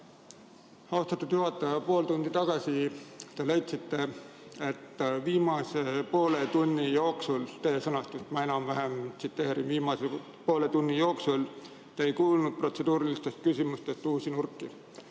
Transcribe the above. austatud juhataja! Pool tundi tagasi te leidsite, et viimase poole tunni jooksul, teie sõnastust ma enam-vähem tsiteerin, te ei kuulnud protseduurilistes küsimustes uusi nurki.